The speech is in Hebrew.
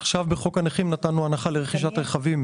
עכשיו בחוק הנכים נתנו הנחה לרכישת רכבים